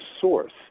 source